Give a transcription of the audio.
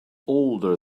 older